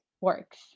works